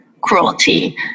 cruelty